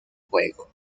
juego